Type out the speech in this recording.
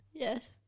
Yes